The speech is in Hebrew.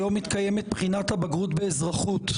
היום מתקיימת בחינת הבגרות באזרחות.